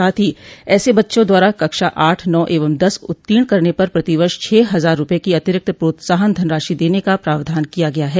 साथ ही ऐसे बच्चों द्वारा कक्षा आठ नौ एवं दस उत्तीर्ण करने पर प्रतिवर्ष छह हजार रूपये की अतिरिक्त प्रोत्साहन धनराशि देने का प्रावधान किया गया है